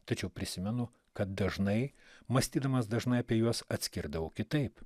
tačiau prisimenu kad dažnai mąstydamas dažnai apie juos atskirdavau kitaip